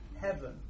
heaven